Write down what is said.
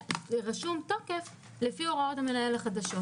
רשום תוקף לפי ההוראות החדשות של המנהל.